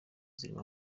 zirimo